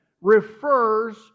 refers